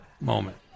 moment